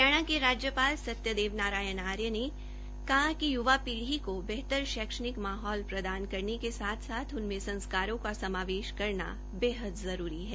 हरियाणा के राज्यपाल श्री सत्यदेव नारायण आर्य ने कहा कि य्वा पीढ़ी को बेहतर शैक्षणिक माहौल प्रदान करने के साथ साथ उनमें संस्कारों का समावेश करना बेहद जरूरी है